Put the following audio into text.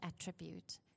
attribute